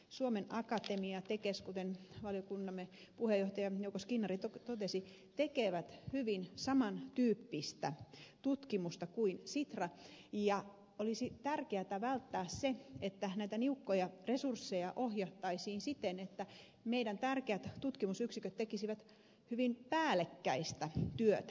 suomen akatemia ja tekes kuten valiokuntamme puheenjohtaja jouko skinnari totesi tekevät hyvin saman tyyppistä tutkimusta kuin sitra ja olisi tärkeätä välttää se että näitä niukkoja resursseja ohjataan siten että meidän tärkeät tutkimusyksikkömme tekisivät hyvin päällekkäistä työtä